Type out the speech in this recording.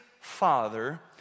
Father